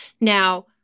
now